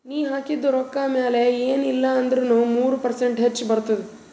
ನೀ ಹಾಕಿದು ರೊಕ್ಕಾ ಮ್ಯಾಲ ಎನ್ ಇಲ್ಲಾ ಅಂದುರ್ನು ಮೂರು ಪರ್ಸೆಂಟ್ರೆ ಹೆಚ್ ಬರ್ತುದ